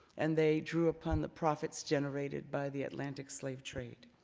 and they drew upon the profits generated by the atlantic slave trade.